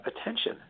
attention